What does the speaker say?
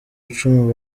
icumu